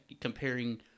comparing